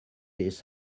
this